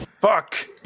Fuck